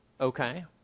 Okay